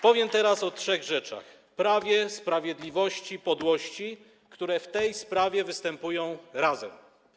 Powiem teraz o trzech rzeczach: prawie, sprawiedliwości, podłości, które w tej sprawie występują razem.